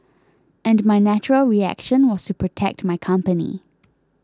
and my natural reaction was to protect my company